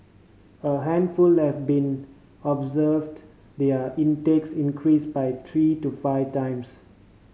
a handful been observed their intakes increase by three to five times